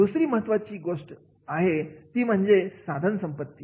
दुसरी महत्त्वाची गोष्ट आहे ती म्हणजे साधनसंपत्ती